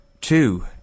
two